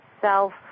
self